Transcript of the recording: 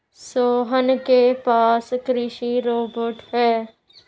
सोहन के पास कृषि रोबोट है